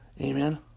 Amen